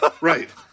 right